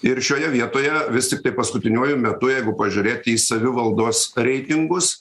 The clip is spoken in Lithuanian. ir šioje vietoje vis tiktai paskutiniuoju metu jeigu pažiūrėti į savivaldos reitingus